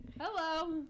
hello